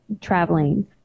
traveling